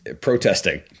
protesting